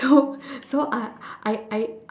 so so uh I I